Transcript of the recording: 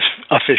official